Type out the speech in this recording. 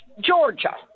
Georgia